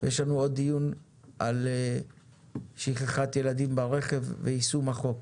ויש לנו עוד דיון על שכחת ילדים ברכב ויישום החוק.